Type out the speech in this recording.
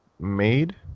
made